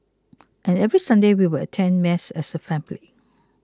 and every Sunday we would attend mass as a family